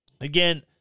Again